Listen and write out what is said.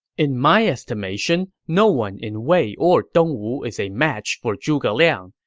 in my estimation, no one in wei or dongwu is a match for zhuge liang,